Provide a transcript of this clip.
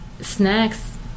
snacks